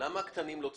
למה הקטנים לא צומחים,